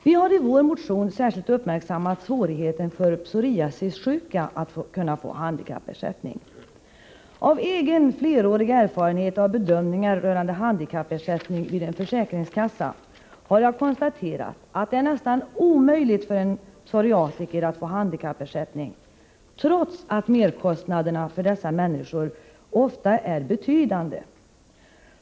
Vi har i vår motion särskilt uppmärksammat svårigheten för psoriasissjuka att kunna få handikappersättning. Genom egen flerårig erfarenhet vid en fösäkringskassa av bedömningar rörande handikappersättning har jag kunnat konstatera att det är nästan omöjligt för en psoriatiker att få handikappersättning, trots att merkostnaderna för dessa människor ofta är betydande.